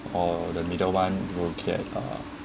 or the middle one will get uh